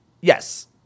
Yes